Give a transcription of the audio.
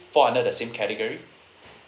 fall under the same category